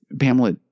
Pamela